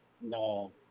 No